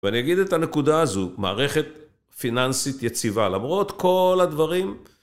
ואני אגיד את הנקודה הזו, מערכת פיננסית יציבה, למרות כל הדברים.